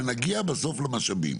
ונגיע בסוף למשאבים.